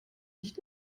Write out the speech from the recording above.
nicht